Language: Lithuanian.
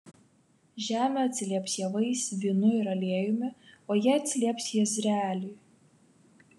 žemė atsilieps javais vynu ir aliejumi o jie atsilieps jezreeliui